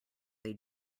they